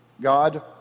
God